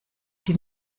die